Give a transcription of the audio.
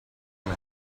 man